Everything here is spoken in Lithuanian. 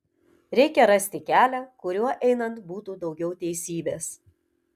reikia rasti kelią kuriuo einant būtų daugiau teisybės